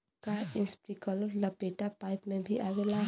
का इस्प्रिंकलर लपेटा पाइप में भी आवेला?